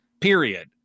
period